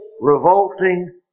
revolting